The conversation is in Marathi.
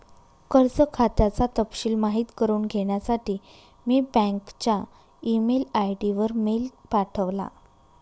कर्ज खात्याचा तपशिल माहित करुन घेण्यासाठी मी बँकच्या ई मेल आय.डी वर मेल पाठवला